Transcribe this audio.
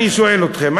אני שואל אתכם,